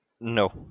No